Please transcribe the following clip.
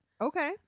Okay